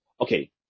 okay